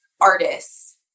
artists